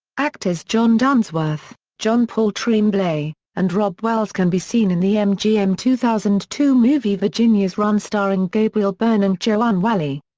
actors john dunsworth, john paul tremblay, and robb wells can be seen in the mgm two thousand and two movie virginia's run starring gabriel byrne and joanne whalley.